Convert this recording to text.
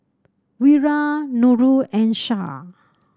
Wira Nurul and Shah